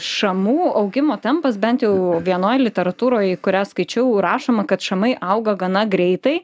šamų augimo tempas bent jau vienoj literatūroj kurią skaičiau rašoma kad šamai auga gana greitai